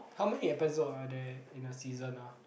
how many episode are there in a season uh